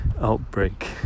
outbreak